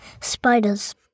spiders